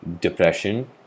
depression